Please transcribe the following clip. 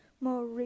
more